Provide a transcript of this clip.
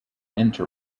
enter